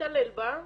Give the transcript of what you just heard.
התעלל בה,